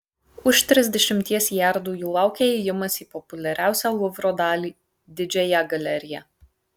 už trisdešimties jardų jų laukė įėjimas į populiariausią luvro dalį didžiąją galeriją